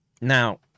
Now